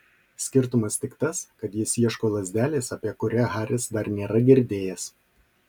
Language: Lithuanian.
skirtumas tik tas kad jis ieško lazdelės apie kurią haris dar nėra girdėjęs